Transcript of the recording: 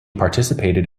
participated